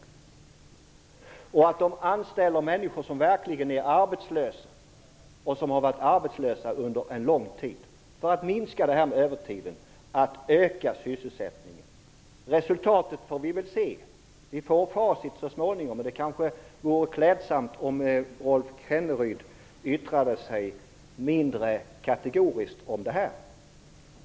Vidare gäller att de anställer människor som verkligen är arbetslösa och som har varit arbetslösa under lång tid just för att minska övertiden och öka sysselsättningen. Vi får väl se vad resultatet blir. Så småningom får vi facit. Det vore kanske klädsamt om Rolf Kenneryd yttrade sig mindre kategoriskt om det här.